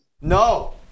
No